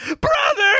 brother